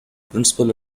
principal